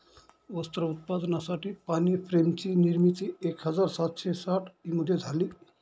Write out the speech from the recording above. वस्त्र उत्पादनासाठी पाणी फ्रेम ची निर्मिती एक हजार सातशे साठ ई मध्ये झाली